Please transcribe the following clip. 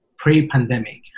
pre-pandemic